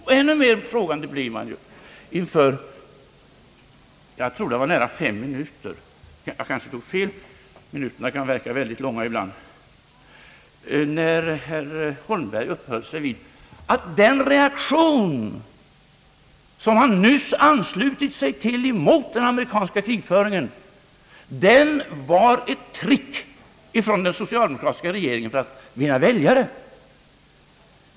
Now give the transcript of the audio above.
Och ännu mera frågande blir man när herr Holmberg — jag tror det var under fem minuter, jag kanske tog fel, minuterna kan verka mycket långa ibland — uppehöll sig vid att den reaktion mot den amerikanska krigföringen som han nyss anslutit sig till var ett trick från den socialdemokratiska regeringen för att vinna väljare.